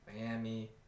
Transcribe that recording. Miami